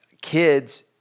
kids